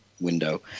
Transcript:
Window